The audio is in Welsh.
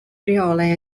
rheolau